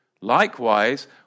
Likewise